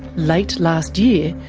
late last year,